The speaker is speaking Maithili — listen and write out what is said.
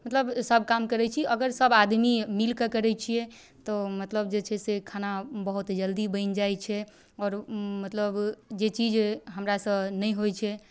मतलब सब काम करै छी अगर सब आदमी मिलिकऽ करै छिए तऽ मतलब जे छै से खाना बहुत जल्दी बनि जाइ छै आओर मतलब जे चीज हमरासँ नहि होइ छै